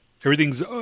Everything's